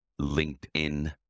LinkedIn